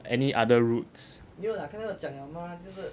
any other routes